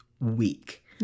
week